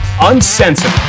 Uncensored